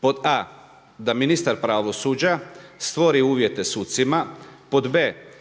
Pod a) da ministar pravosuđa stvori uvjete sucima, b)